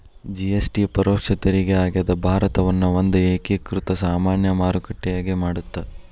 GST ಪರೋಕ್ಷ ತೆರಿಗೆ ಆಗ್ಯಾದ ಭಾರತವನ್ನ ಒಂದ ಏಕೇಕೃತ ಸಾಮಾನ್ಯ ಮಾರುಕಟ್ಟೆಯಾಗಿ ಮಾಡತ್ತ